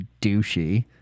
douchey